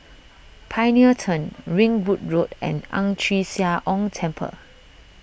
Pioneer Turn Ringwood Road and Ang Chee Sia Ong Temple